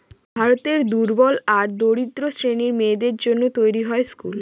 ভারতের দুর্বল আর দরিদ্র শ্রেণীর মেয়েদের জন্য তৈরী হয় স্কুল